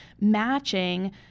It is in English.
matching